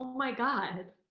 my god.